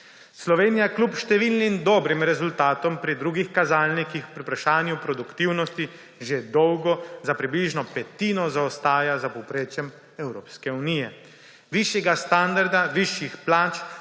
Slovenija kljub številnim dobrim rezultatom pri drugih kazalnikih pri vprašanju produktivnosti že dolgo za približno petino zaostaja za povprečjem Evropske unije. Višjega standarda, višjih plač